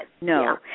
No